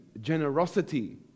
generosity